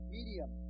Medium